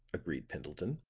agreed pendleton.